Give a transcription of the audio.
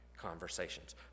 Conversations